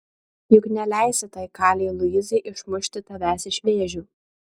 juk neleisi tai kalei luizai išmušti tavęs iš vėžių